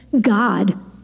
God